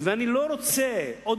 אני עצמי בחור בן 20,